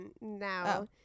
now